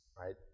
right